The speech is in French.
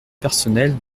personnelle